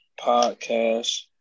podcast